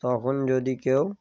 তখন যদি কেউ